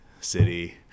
city